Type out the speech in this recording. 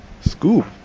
Scoop